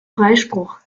freispruch